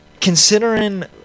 considering